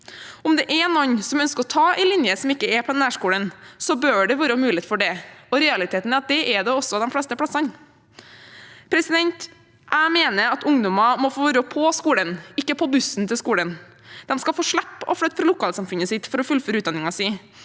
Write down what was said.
Om det er noen som ønsker å ta en linje som ikke er på nærskolen, bør det være mulighet for det. Realiteten er at det på de fleste plasser er det. Jeg mener at ungdommer må få være på skolen, ikke på bussen til skolen. De skal få slippe å flytte fra lokalsamfunnet for å fullføre utdanningen sin.